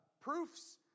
proofs